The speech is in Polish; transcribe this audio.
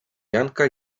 janka